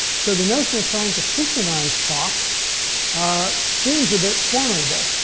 so the notion of trying to synchronize clocks ah seems a bit formidable.